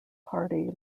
party